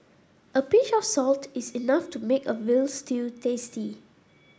a pinch of salt is enough to make a veal stew tasty